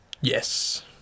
Yes